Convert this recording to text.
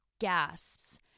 gasps